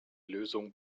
lösung